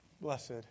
Blessed